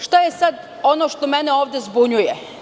Šta je sada ono što mene ovde zbunjuje?